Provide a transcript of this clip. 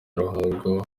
ruhago